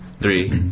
three